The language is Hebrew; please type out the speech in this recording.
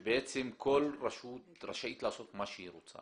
שבעצם כל רשות רשאית לעשות מה שהיא רוצה.